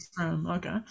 Okay